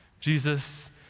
Jesus